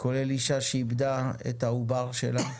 כולל אישה שאיבדה את העובר שלה.